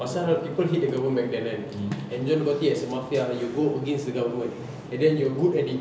pasal people hate the government kan and john gotti as a mafia you go against the government and then you're good at it